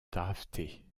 drafté